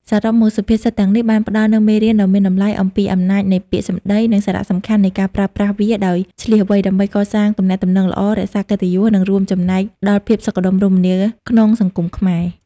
សរុបមក សុភាសិតទាំងនេះបានផ្តល់នូវមេរៀនដ៏មានតម្លៃអំពីអំណាចនៃពាក្យសម្ដី និងសារៈសំខាន់នៃការប្រើប្រាស់វាដោយឈ្លាសវៃ ដើម្បីកសាងទំនាក់ទំនងល្អ រក្សាកិត្តិយស និងរួមចំណែកដល់ភាពសុខដុមរមនាក្នុងសង្គមខ្មែរ។